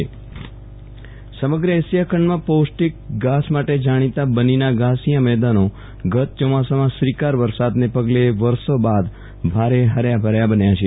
વિરલ રાણા ઘાસની કાપડી સમગ્ર એશિયા ખંડમાં પૌષ્ટિક ઘાસ માટે જાણીતા બન્નીના ઘાસિયા મેદાનો ગત ચોમાસામાં શ્રીકાર વરસાદને પગલે વર્ષો બાદ ભારે હર્યા ભર્યા બન્યાં છે